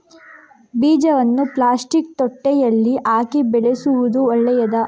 ಬೀಜವನ್ನು ಪ್ಲಾಸ್ಟಿಕ್ ತೊಟ್ಟೆಯಲ್ಲಿ ಹಾಕಿ ಬೆಳೆಸುವುದು ಒಳ್ಳೆಯದಾ?